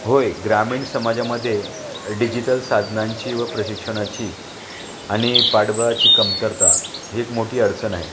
होय ग्रामीण समाजामध्ये डिजिटल साधनांची व प्रशिक्षणाची आणि पाठबळाची कमतरता ही एक मोठी अडचण आहे